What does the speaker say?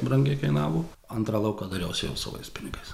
brangiai kainavo antrą lauką dariausi savais pinigais